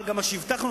אבל מה שהבטחנו,